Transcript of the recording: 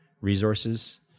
resources